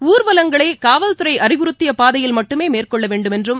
ஊர்வலங்களை காவல்துறை அறிவுறுத்தியப் பாதையில் மட்டுமே மேற்கொள்ள வேண்டுமென்றும்